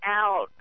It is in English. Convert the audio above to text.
out